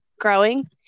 growing